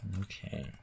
Okay